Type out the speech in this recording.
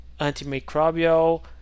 antimicrobial